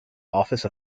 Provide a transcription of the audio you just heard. office